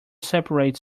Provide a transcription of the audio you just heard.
separate